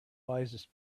wisest